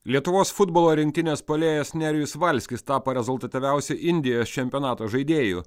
lietuvos futbolo rinktinės puolėjas nerijus valskis tapo rezultatyviausiu indijos čempionato žaidėju